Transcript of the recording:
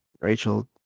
Rachel